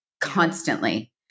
constantly